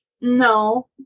No